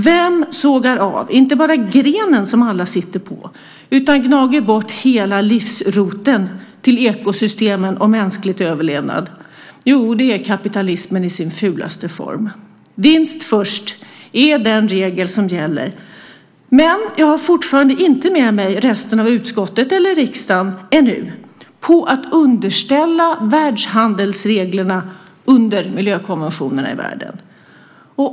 Vem sågar av inte bara grenen som alla sitter på utan gnager bort hela livsroten till ekosystemen och mänsklig överlevnad? Det är kapitalismen i sin fulaste form. Vinst först är den regel som gäller. Men jag har fortfarande inte med mig resten av utskottet eller riksdagen ännu på att underställa världshandelsreglerna miljökonventionerna i världen.